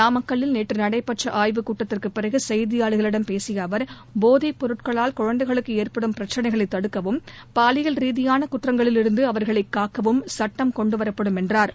நாமக்கல்லில் நேற்று நடைபெற்ற ஆய்வு கூட்டத்திற்குப் பிறகு செய்தியாளா்களிடம் பேசிய அவா் போதை பொருட்களால் குழந்தைகளுக்கு ஏற்படும் பிரச்சினைகளை தடுக்கவும் பாலியல் ரீதியான குற்றங்களிலிருந்து அவா்களை காக்கவும் சட்டம் கொண்டுவரப்படும் என்றாா்